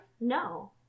No